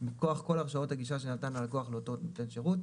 מכוח כל הרשאות הגישה שנתן הלקוח לאותו נותן שירות,